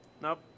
Nope